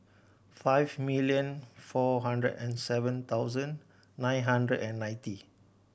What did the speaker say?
five million four hundred and seven thousand nine hundred and ninety